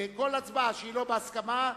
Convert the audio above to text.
כל הצבעה שהיא לא בהסכמה,